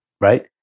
right